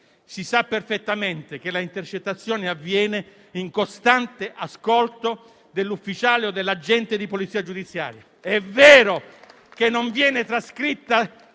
Si sa perfettamente che l'intercettazione avviene in costante ascolto dell'ufficiale o dell'agente di polizia giudiziaria. È vero che non viene sbobinata